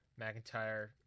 McIntyre